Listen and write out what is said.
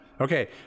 Okay